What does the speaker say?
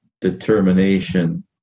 determination